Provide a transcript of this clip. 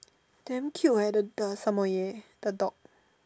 damn cute eh the the Samoyed the dog